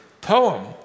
poem